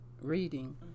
reading